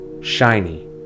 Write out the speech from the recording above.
shiny